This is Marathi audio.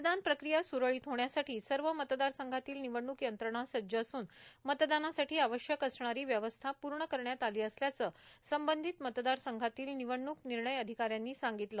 मतदान प्रक्रिया स्रळीत होण्यासाठी सर्व मतदारसंघातील निवडणूक यंत्रणा संज्ज असून मतदानासाठी आवश्यक असणारी व्यवस्था पूर्ण करण्यात आली असल्याचं संबंधित मतदारसंघातील निवडणूक निर्णय अधिकाऱ्यांनी सांगितलं